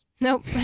Nope